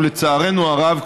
ולצערנו הרב,